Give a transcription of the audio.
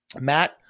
Matt